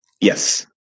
Yes